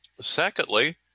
Secondly